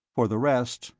for the rest,